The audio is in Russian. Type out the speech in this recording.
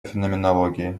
феноменологии